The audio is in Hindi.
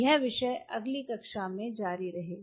यह विषय अगली कक्षा में जारी रहेगा